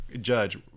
Judge